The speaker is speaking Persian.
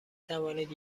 توانید